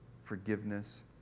forgiveness